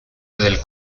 del